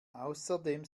außerdem